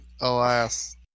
alas